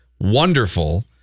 wonderful